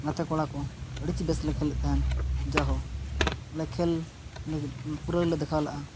ᱜᱟᱛᱮ ᱠᱚᱲᱟ ᱠᱚ ᱟᱹᱰᱤ ᱥᱮ ᱵᱮᱥ ᱞᱮ ᱠᱷᱮᱞᱮᱫ ᱛᱟᱦᱮᱸᱫ ᱡᱮᱦᱮᱛᱩ ᱞᱮ ᱠᱷᱮᱞ ᱞᱟᱹᱜᱤᱫ ᱯᱩᱨᱟᱹ ᱜᱮᱞᱮ ᱫᱮᱠᱷᱟᱣ ᱞᱮᱜᱼᱟ